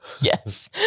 Yes